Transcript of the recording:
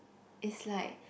is like